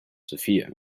sofia